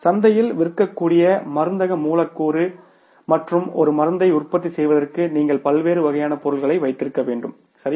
சந்தையில் விற்கக்கூடிய மருந்தக மூலக்கூறு மாற்றும் ஒரு மருந்தை உற்பத்தி செய்வதற்கு நீங்கள் பல்வேறு வகையான பொருட்களை வைத்திருக்க வேண்டும் சரியா